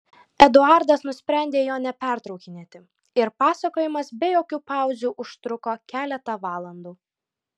eduardas nusprendė jo nepertraukinėti ir pasakojimas be jokių pauzių užtruko keletą valandų